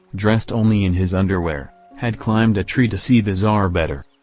dressed only in his underwear, had climbed a tree to see the tsar better.